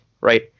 right